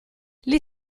gli